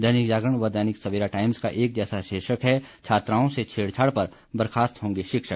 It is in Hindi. दैनिक जागरण व दैनिक सवेरा टाइम्स का एक जैसा शीर्षक है छात्राओं से छेड़छाड़ पर बर्खास्त होंगे शिक्षक